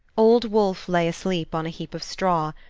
old wolfe lay asleep on a heap of straw,